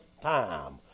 time